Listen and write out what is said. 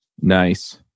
Nice